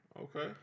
Okay